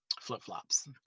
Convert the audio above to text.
Flip-flops